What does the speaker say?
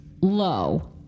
low